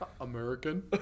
American